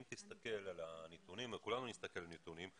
אם תסתכל על הנתונים וכולנו נסתכל על הנתונים,